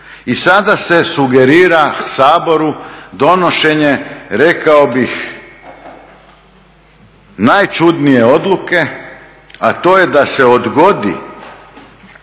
I sada se sugerira Saboru donošenje rekao bih najčudnije odluke, a to je da se odgodi